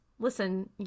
listen